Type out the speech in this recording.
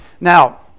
Now